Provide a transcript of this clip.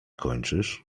kończysz